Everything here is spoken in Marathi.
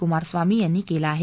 कुमारस्वामी यांनी केला आहे